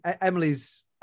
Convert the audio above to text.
Emily's